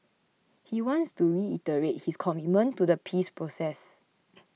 he wants to reiterate his commitment to the peace process